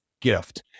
gift